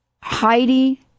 Heidi